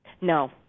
no